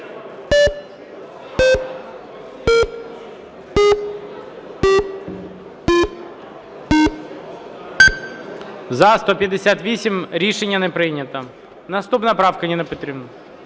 За-158 Рішення не прийнято. Наступна правка, Ніна Петрівна.